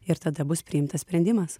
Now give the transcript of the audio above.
ir tada bus priimtas sprendimas